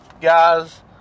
guys